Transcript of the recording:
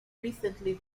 recently